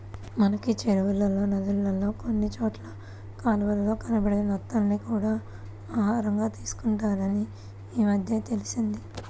మనకి చెరువుల్లో, నదుల్లో కొన్ని చోట్ల కాలవల్లో కనబడే నత్తల్ని కూడా ఆహారంగా తీసుకుంటారని ఈమద్దెనే తెలిసింది